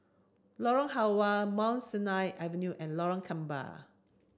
Lorong Halwa Mount Sinai Avenue and Lorong Gambir